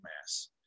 mass